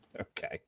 Okay